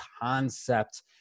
concept